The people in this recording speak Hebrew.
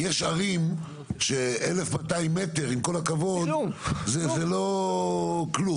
יש ערים ש-1,200 מטר, עם כל הכבוד, זה כלום.